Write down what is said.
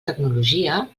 tecnologia